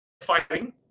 fighting